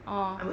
orh